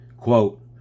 quote